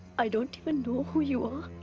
i don't even know who you're.